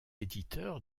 éditeur